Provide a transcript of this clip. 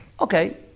okay